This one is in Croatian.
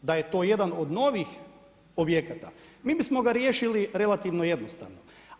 Da je to jedan od novih objekata mi bismo ga riješili relativno jednostavno.